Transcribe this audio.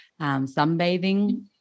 Sunbathing